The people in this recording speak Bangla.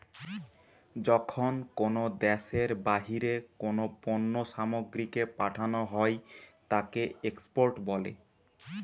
যখন কোনো দ্যাশের বাহিরে কোনো পণ্য সামগ্রীকে পাঠানো হই তাকে এক্সপোর্ট বলে